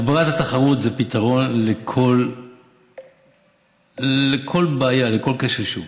הגברת התחרות היא פתרון לכל בעיה, לכל כשל שוק,